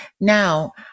Now